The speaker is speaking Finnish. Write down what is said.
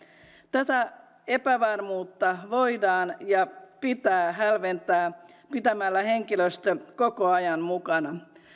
tätä epävarmuutta voidaan ja pitää hälventää pitämällä henkilöstö koko ajan mukana